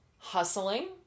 Hustling